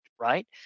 right